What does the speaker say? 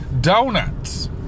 Donuts